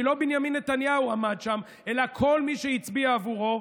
כי לא בנימין נתניהו עמד שם אלא כל מי שהצביע עבורו,